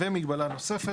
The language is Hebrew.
ומגבלה נוספת,